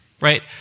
Right